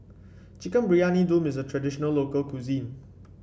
Chicken Briyani Dum is a traditional local cuisine